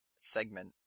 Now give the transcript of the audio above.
segment